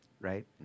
right